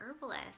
herbalist